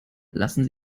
lassen